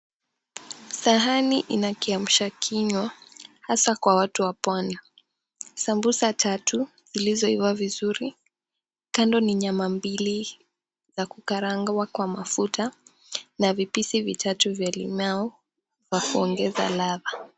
Sahani ina kiamsha kinywa, hasa kwa watu wa pwani. Sambusa tatu zilizoiva vizuri, kando ni nyama mbili za kukarangwa mafuta na vipisi vitatu vya limau kwa kuongeza ladha.